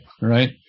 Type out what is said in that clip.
Right